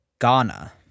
Ghana